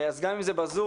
אז גם אם זה בזום,